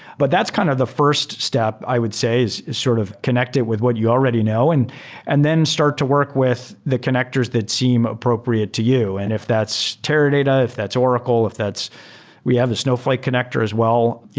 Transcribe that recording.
but that's kind of the first step, step, i would say, is is sort of connect it with what you already know and and then start to work with the connectors that seem appropriate to you. and if that's teradata, if that's oracle, if that's we have the snowflake connector as well.